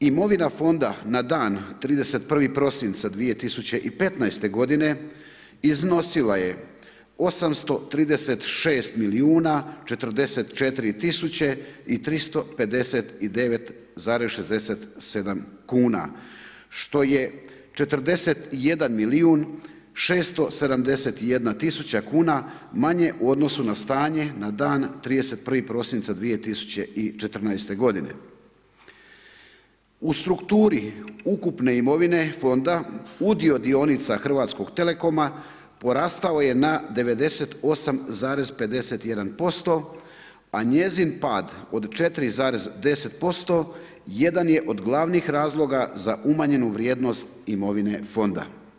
Imovina Fonda na dan 31.12.2015. g. iznosi 836 milijuna 44 tisuće i 359,67 kuna, što je 41 milijun 671 tisuća kuna manje u odnosu na stanje na dan 31.12.2014. g. U strukturi ukupne imovine fonda udio dionica Hrvatskog telekoma porastao je na 98,51% a njezin pad od 4,10% jedan je od glavnih razloga za umanjenu vrijednost imovine fonda.